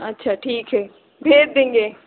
अच्छा ठीक है भेज देंगे